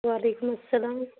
و علیکم السلام